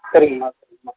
சரிங்கம்மா சரிங்கம்மா